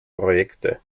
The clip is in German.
projekte